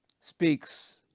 speaks